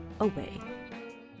away